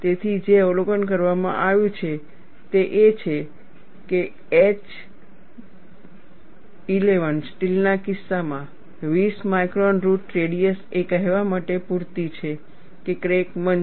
તેથી જે અવલોકન કરવામાં આવ્યું છે તે એ છે કે H 11 સ્ટીલના કિસ્સામાં 20 માઇક્રોન રુટ રેડિયસ એ કહેવા માટે પૂરતી છે કે ક્રેક મંદ છે